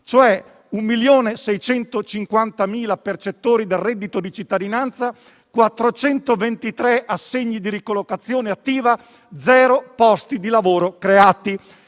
1.650.000 percettori del reddito di cittadinanza, 423 assegni di ricollocazione attiva, zero posti di lavoro creati.